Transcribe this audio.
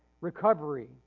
recovery